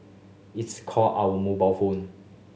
it's call our mobile phone